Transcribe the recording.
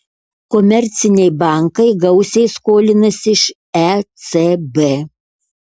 komerciniai bankai gausiai skolinasi iš ecb